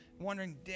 wondering